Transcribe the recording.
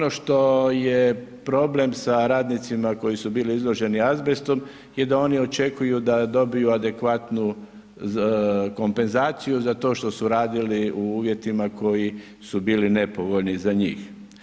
Ono što je problem sa radnicima koji su bili izloženi azbestu je da oni očekuju da dobiju adekvatnu kompenzaciju za to što su radili u uvjetima koji su bili nepovoljni za njih.